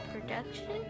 production